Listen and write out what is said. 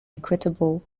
equitable